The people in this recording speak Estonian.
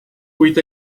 kuid